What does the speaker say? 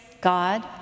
God